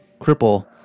cripple